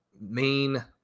main